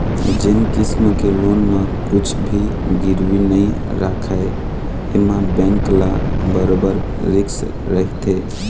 जेन किसम के लोन म कुछ भी गिरवी नइ राखय एमा बेंक ल बरोबर रिस्क रहिथे